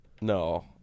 No